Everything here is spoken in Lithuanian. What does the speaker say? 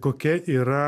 kokia yra